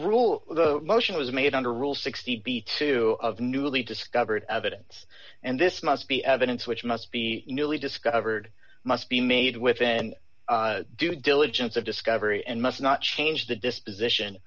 rule motion was made under rule sixty b two of newly discovered evidence and this must be evidence which must be newly discovered must be made within due diligence of discovery and must not change the disposition